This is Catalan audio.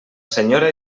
senyora